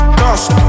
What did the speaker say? dust